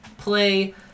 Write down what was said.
play